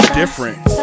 different